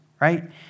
right